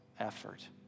Effort